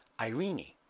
irene